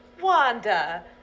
Wanda